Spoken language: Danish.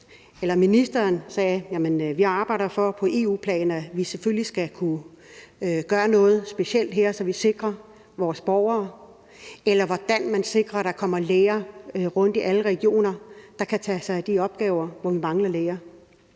og at ministeren sagde: Vi arbejder på EU-plan for, at vi selvfølgelig skal kunne gøre noget specielt her, så vi sikrer vores borgere; eller ministeren sagde, at der kommer læger rundt i alle regioner, der kan tage sig af de opgaver, hvor vi mangler læger.